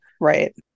right